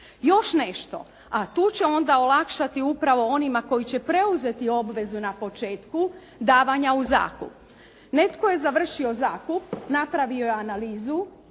Još nešto, a tu će onda olakšati upravo onima koji će preuzeti obvezu na početku davanja u zakup. Netko je završio zakup, napravio je analizu,